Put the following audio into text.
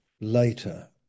later